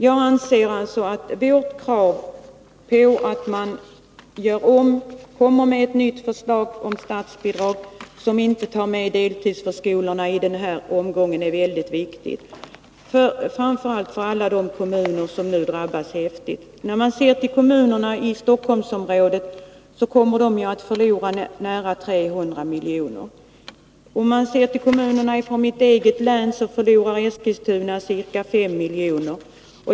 Jag anser alltså att vårt krav på ett nytt förslag om statsbidrag, som inte tar med deltidsförskolorna i den här omgången, är väldigt viktigt, framför allt för alla de kommuner som nu drabbas så kraftigt. Kommunerna i Stockholmsområdet kommer att förlora närmare 300 miljoner. Bland kommunerna i mitt eget län förlorar Eskilstuna ca 5 miljoner.